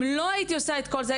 אם לא הייתי עושה את כל זה,